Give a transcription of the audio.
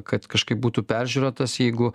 kad kažkaip būtų peržiūrėtas jeigu